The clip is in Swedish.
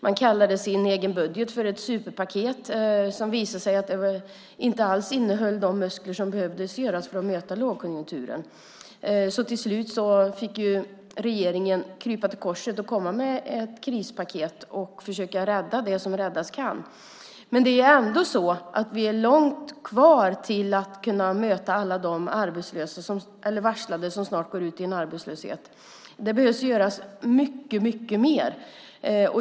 Man kallade sin egen budget för ett superpaket, som visade sig inte alls innehålla de muskler som behövdes för att möta lågkonjunkturen. Till slut fick regeringen krypa till korset och komma med ett krispaket för att försöka rädda det som räddas kan. Men vi har ändå långt kvar till att kunna möta alla de varslade som snart går ut i en arbetslöshet. Det behöver göras mycket, mycket mer.